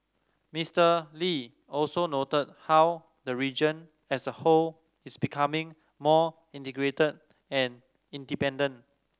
Mister Lee also noted how the region as a whole is becoming more integrated and interdependent